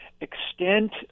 extent